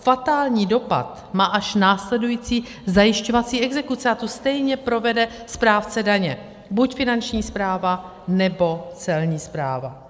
Fatální dopad má až následující zajišťovací exekuce a tu stejně provede správce daně buď Finanční správa, nebo Celní správa.